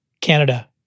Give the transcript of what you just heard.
Canada